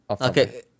Okay